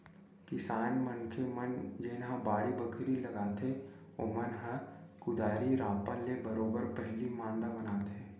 किसान मनखे मन जेनहा बाड़ी बखरी लगाथे ओमन ह कुदारी रापा ले बरोबर पहिली मांदा बनाथे